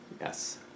Yes